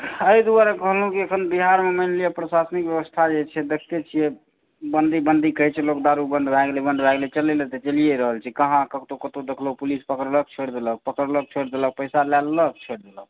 एहि दुआरे कहलहुँ कि अखन बिहारमे मानि लिअ प्रशासनिक व्यवस्था जे छै देखते छियै बन्दी बन्दी कहि कऽ लोक दारु बन्द भय गेलै चलऽ लए तऽ चलिए रहल छै अहाँ सभके कतहुँ देखलहुँ तऽ पुलिस पकड़लक छोड़ि देलक पकड़लक छोड़ि देलक तऽ पैसा लय लेलक छोड़ि देलक